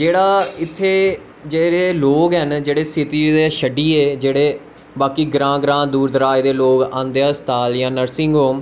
जेह्ड़े इत्थें जेह्ड़े लोग न जेह्ड़े सीटी गी शड्डिये जेह्के बाकि ग्रांऽ ग्रांऽ दूर दराज़ दे लोग आंदे ऐं इत्थें हस्पताल जां नर्सिंग होम